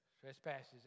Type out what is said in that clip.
trespasses